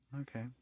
Okay